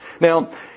Now